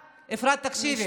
תקשיבי,